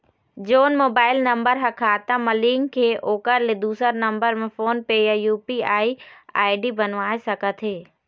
जोन mobile number हा खाता मा लिन्क हे ओकर ले दुसर नंबर मा फोन पे या यू.पी.आई आई.डी बनवाए सका थे?